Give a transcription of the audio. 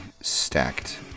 stacked